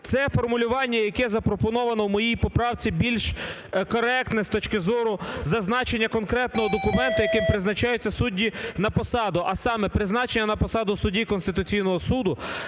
Це формулювання, яке запропоновано в моїй поправці, більш коректне з точки зору зазначення конкретного документа, яким призначаються судді на посаду. А саме: призначення на посаду судді Конституційного Суду